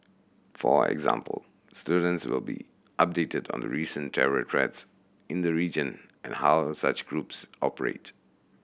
for example students will be updated on the recent terror threats in the region and how such groups operate